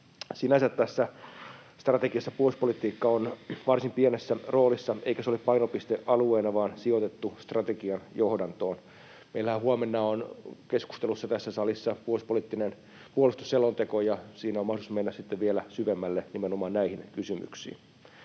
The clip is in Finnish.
Sinänsä tässä strategiassa puolustuspolitiikka on varsin pienessä roolissa, eikä se ole painopistealueena vaan sijoitettu strategian johdantoon. Meillähän huomenna on keskustelussa tässä salissa puolustusselonteko, ja siinä on mahdollisuus mennä sitten vielä syvemmälle nimenomaan näihin kysymyksiin.